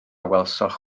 welsoch